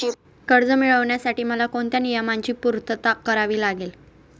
कर्ज मिळविण्यासाठी मला कोणत्या नियमांची पूर्तता करावी लागेल?